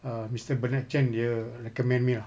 err mister bernard cheng dia recommend me ah